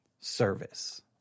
service